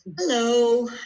Hello